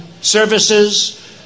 services